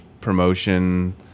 promotion